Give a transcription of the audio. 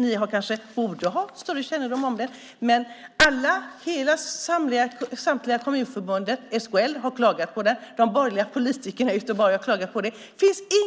Ni har kanske, eller borde ha, större kännedom om den. Samtliga i Kommunförbundet, SKL, har klagat på den. De borgerliga politikerna i Göteborg har klagat på den.